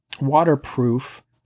waterproof